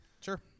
Sure